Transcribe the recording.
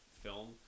film